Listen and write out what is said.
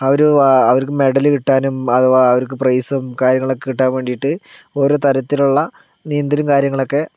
ആ ഒരു അവർക്ക് മെഡൽ കിട്ടാനും അവർക്ക് പ്രൈസും കാര്യങ്ങളുമൊക്കെ കിട്ടാൻ വേണ്ടിയിട്ട് ഓരോ തരത്തിലുള്ള നീന്തലും കാര്യങ്ങളുമൊക്കെ